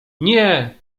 nie